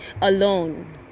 alone